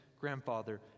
grandfather